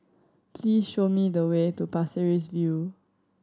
please show me the way to Pasir Ris View